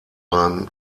beim